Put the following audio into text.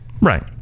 right